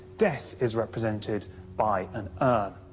death is represented by an urn.